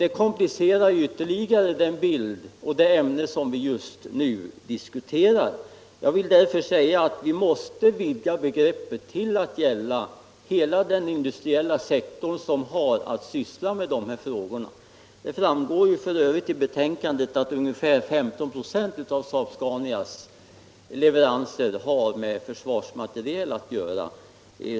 Det komplicerar ytterligare det ämne som vi just nu diskuterar. Jag vill därför säga att vi måste vidga begreppet till att gälla hela den industriella sektor som har att syssla med dessa frågor. Det framgår för övrigt av betänkandet att ungefär 15 "» av SAAB-SCANIA:s leveranser har med försvarsmateriel att göra.